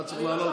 אתה צריך לעלות.